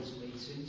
meetings